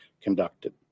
conducted